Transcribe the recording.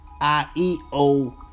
IEO